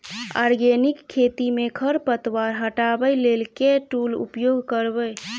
Organic खेती मे खरपतवार हटाबै लेल केँ टूल उपयोग करबै?